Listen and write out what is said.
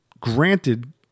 granted